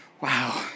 Wow